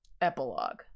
epilogue